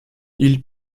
ils